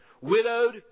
widowed